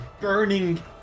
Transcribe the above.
burning